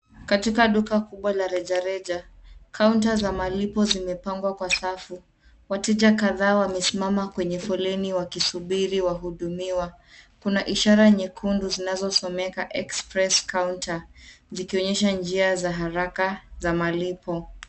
Katika duka kubwa la rejareja kaunta za malipo zimepangwa kwa safu. Wateja kadhaa wamesimama kwenye foleni wakisubiri wahudumiwa. Kuna ishara nyekundu zinazosomeka express counter zikionyesha njia za haraka za malipo.